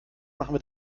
machen